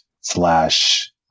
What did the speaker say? slash